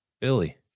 Billy